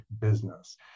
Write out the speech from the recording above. business